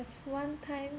was one time